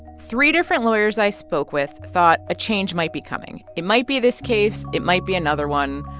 three different lawyers i spoke with thought a change might be coming. it might be this case. it might be another one.